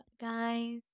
guys